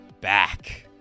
back